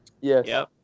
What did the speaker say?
Yes